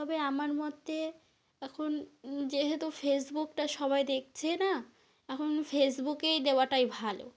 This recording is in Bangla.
তবে আমার মতে এখন যেহেতু ফেসবুকটা সবাই দেখছে না এখন ফেসবুকেই দেওয়াটাই ভালো